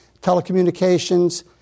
telecommunications